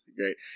Great